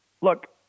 look